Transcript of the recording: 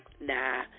nah